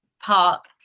park